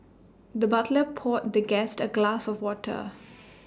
the butler poured the guest A glass of water